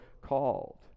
called